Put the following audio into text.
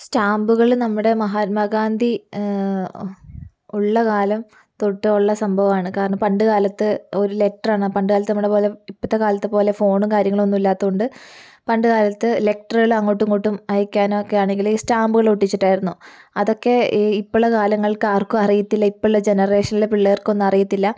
സ്റ്റാമ്പുകൾ നമ്മുടെ മഹത്മാഗാന്ധി ഉള്ള കാലം തൊട്ട് ഉള്ള സംഭവമാണ് കാരണം പണ്ട് കാലത്ത് ഒരു ലെറ്ററാണ് പണ്ട് കാലത്ത് നമ്മുടെ പോലെ ഇപ്പോഴത്തെ കാലത്തെ പോലെ ഫോണും കാര്യങ്ങളും ഒന്നും ഇല്ലാത്തതുകൊണ്ട് പണ്ട് കാലത്ത് ലെറ്ററെല്ലാം അങ്ങോട്ടും ഇങ്ങോട്ടും അയക്കാൻ ഒക്കെയാണെങ്കിൽ സ്റ്റാമ്പുകൾ ഒട്ടിച്ചിട്ടായിരുന്നു അതൊക്കെ ഇപ്പോൾ ഉള്ള കാലങ്ങൾക്ക് ആർക്കും അറിയത്തില്ല ഇപ്പോൾ ഉള്ള ജനറേഷനിലെ പിള്ളേർക്കൊന്നും അറിയത്തില്ല